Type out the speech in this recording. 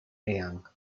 eang